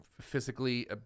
physically